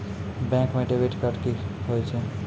Bank म debit card की होय छै?